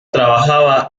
trabaja